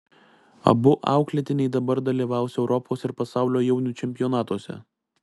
abu auklėtiniai dabar dalyvaus europos ir pasaulio jaunių čempionatuose